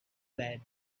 bed